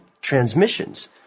Transmissions